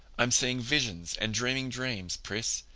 i'm seeing visions and dreaming dreams, pris.